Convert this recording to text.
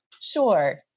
sure